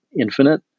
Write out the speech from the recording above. infinite